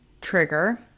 trigger